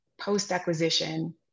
post-acquisition